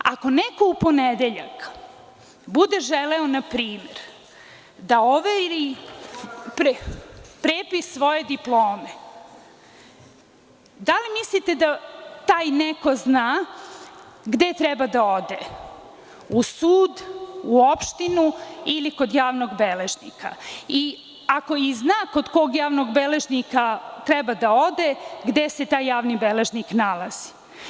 Ako neko u ponedeljak bude želeo, na primer, da overi prepis svoje diplome, da li mislite da taj neko zna gde treba da ode, u sud, u opštinu ili kod javnog beležnika i ako i zna kod kog javnog beležnika treba da ode, gde se taj javni beležnik nalazi.